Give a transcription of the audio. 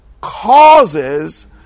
causes